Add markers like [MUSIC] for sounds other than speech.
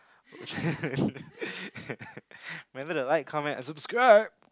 [LAUGHS] remember to like comment and subscribe